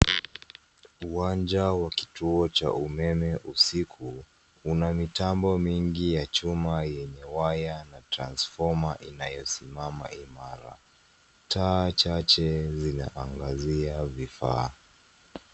Uwanja wa kituo cha umeme usiku, una mitambo mingi ya chuma yenye wanya na transfoma inayosimama imara. Taa chache zinaangazia vifaa.